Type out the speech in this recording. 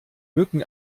mücken